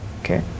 Okay